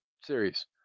series